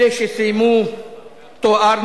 אלה שסיימו תואר.